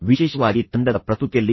ವಿಶೇಷವಾಗಿ ತಂಡದ ಪ್ರಸ್ತುತಿಯಲ್ಲಿ